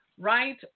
right